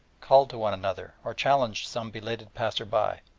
called to one another or challenged some belated passer-by,